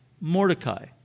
Mordecai